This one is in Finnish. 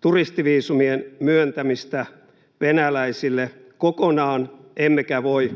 turistiviisumien myöntämistä venäläisille kokonaan emmekä voi